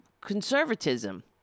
Conservatism